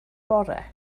bore